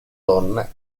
donne